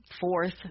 fourth